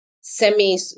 semi